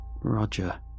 Roger